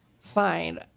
fine